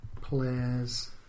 players